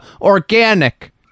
organic